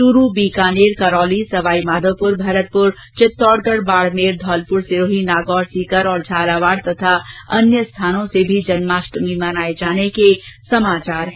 चूरू बीकानेर करौली सवाईमाधोपुर भरतपुर चित्तौड़गढ बाडमेर धौलपुर सिरोही नागौर सीकर और झालावाड़ तथा अन्य स्थानों से भी जन्माष्टमी मनाये जाने के समाचार हैं